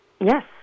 Yes